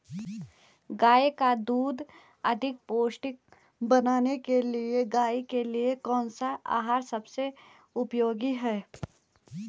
गाय का दूध अधिक पौष्टिक बनाने के लिए गाय के लिए कौन सा आहार सबसे उपयोगी है?